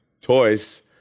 toys